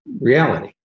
reality